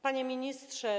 Panie Ministrze!